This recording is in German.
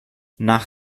nach